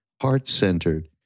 heart-centered